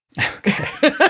Okay